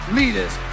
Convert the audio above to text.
leaders